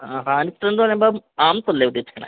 ആ ഹാൻസ് എന്നുപറയുമ്പോള് ആംസല്ലേ ഉദ്ദേശിക്കുന്നത്